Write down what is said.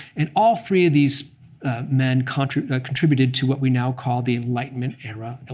and all three of these men contributed contributed to what we now call the enlightenment era.